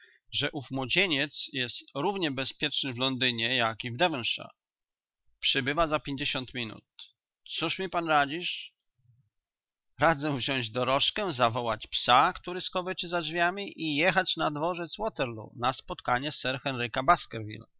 że ów młodzieniec jest równie bezpieczny w londynie jak i w devonshire przybywa za pięćdziesiąt minut cóż mi pan radzisz radzę wziąć dorożkę zawołać psa który skowyczy za drzwiami i jechać na dworzec waterloo na spotkanie sir henryka